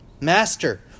Master